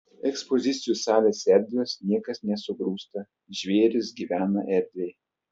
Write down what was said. ekspozicijų salės erdvios niekas nesugrūsta žvėrys gyvena erdviai